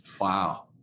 Wow